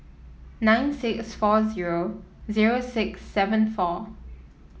nine six four zero zero six seven four